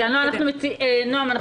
נועם,